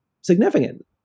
significant